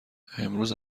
امروز